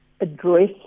address